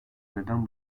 neden